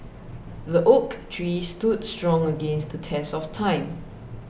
the oak tree stood strong against the test of time